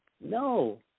No